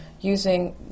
using